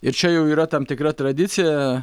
ir čia jau yra tam tikra tradicija